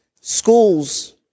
schools